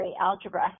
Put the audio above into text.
algebra